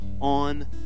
on